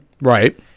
Right